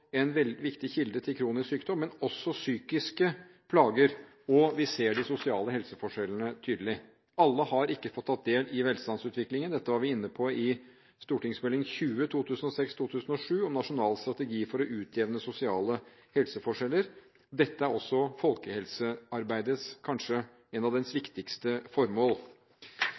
psykiske plager. Og vi ser de sosiale helseforskjellene tydelig. Alle har ikke fått tatt del i velstandsutviklingen. Dette var vi inne på i Meld. St. 20 for 2006–2007, Nasjonal strategi for å utjevne sosiale helseforskjeller. Dette er også et av folkehelsearbeidets kanskje viktigste formål. Representanten gir en god beskrivelse av